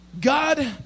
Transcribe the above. God